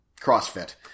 CrossFit